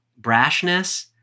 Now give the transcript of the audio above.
brashness